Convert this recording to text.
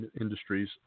industries